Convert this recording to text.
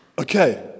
Okay